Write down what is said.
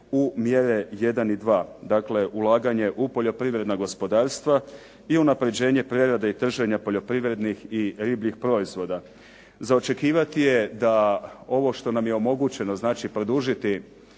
u mjere 1 i 2. Dakle ulaganje u poljoprivredna gospodarstva i unapređenje prerade i trženja poljoprivrednih i ribljih proizvoda. Za očekivanje je da ovo što nam je omogućeno znači produžiti